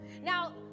Now